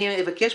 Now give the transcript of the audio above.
אני אבקש,